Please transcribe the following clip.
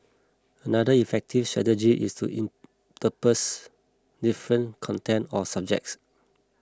another effective strategy is to intersperse different content or subjects